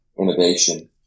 innovation